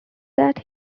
that